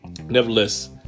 nevertheless